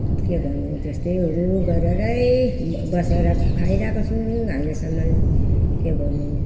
के गर्नु त्यस्तैहरू गरेरै ब बसेर खाइरहेको छु अहिलेसम्म के भन्नु